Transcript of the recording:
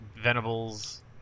Venable's